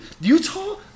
Utah